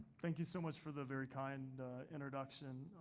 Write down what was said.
thank you so much for the very kind introduction.